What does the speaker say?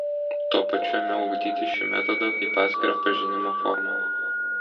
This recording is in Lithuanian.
tuo pačiu ėmiau ugdyti šį metodą kaip atskirą pažinimo formą